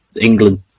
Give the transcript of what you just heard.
England